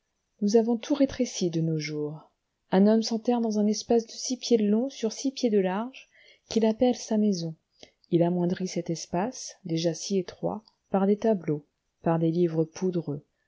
nous avons tout rétréci de nos jours un homme s'enterre dans un espace de six pieds de long sur six pieds de large qu'il appelle sa maison il amoindrit cet espace déjà si étroit par des tableaux par des livres poudreux